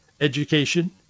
education